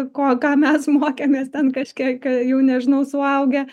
ko ką mes mokėmės ten kažkiek jau nežinau suaugę